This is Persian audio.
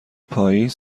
پاییز